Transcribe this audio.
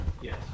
yes